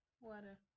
water